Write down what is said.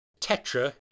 Tetra